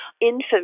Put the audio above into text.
infamous